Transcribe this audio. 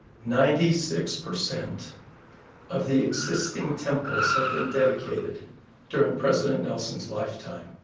ninety-six percent of the existing temples have been dedicated during president nelson's lifetime